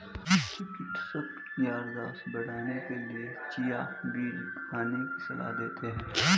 चिकित्सक याददाश्त बढ़ाने के लिए चिया बीज खाने की सलाह देते हैं